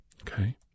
Okay